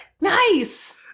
Nice